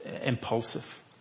impulsive